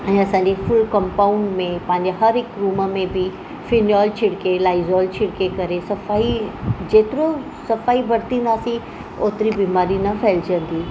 ऐं असांजी full compound में पंहिंजे हर हिकु रूम में बि फिनोइल छिड़के लाइजोल छिड़िके करे सफ़ाई जेतिरो सफ़ाई बरतिंदासीं ओतिरी बीमारी न फेलजंदी